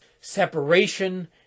separation